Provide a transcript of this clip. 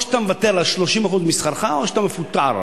או שאתה מוותר על 30% משכרך או שאתה מפוטר?